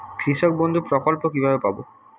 কৃষকবন্ধু প্রকল্প কিভাবে পাব?